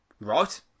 Right